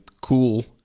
cool